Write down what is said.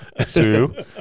two